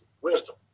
wisdom